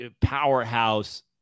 powerhouse